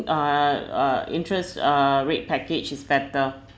uh uh interest uh rate package is better